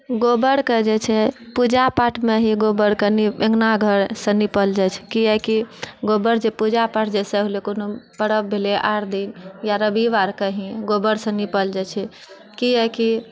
गोबरके जे छै पूजा पाठमे ही गोबर कनि अङ्गना घरसँ निपल जाइ छै किआकि गोबर जे पूजा पाठ जैसे भेलै कोनो पर्व भेलै या आर दिन रविवार कही गोबरसँ निपल जाइ छै किआकि